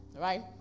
right